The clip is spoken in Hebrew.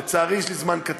לצערי, יש לי זמן קצר.